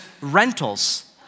rentals